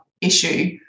issue